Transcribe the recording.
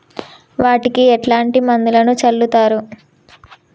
వాటికి ఎట్లాంటి మందులను చల్లుతరు?